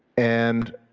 and